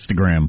Instagram